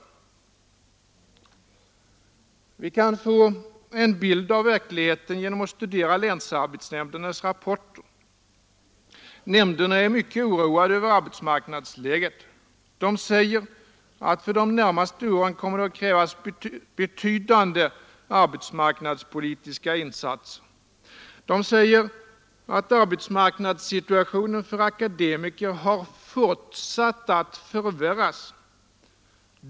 Vi kan få en bild av verkligheten genom att studera länsarbetsnämndernas rapporter. Nämnderna är mycket oroade över arbetsmarknadsläget. De säger att för de närmaste åren kommer att krävas betydande arbetsmarknadspolitiska insatser. De säger att arbetsmarknadssituationen för akademiker har fortsatt att förvärras.